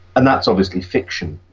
and that's obviously fiction.